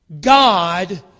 God